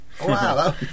Wow